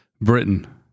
Britain